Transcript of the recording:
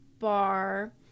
bar